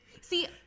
See